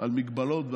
על הגבלות,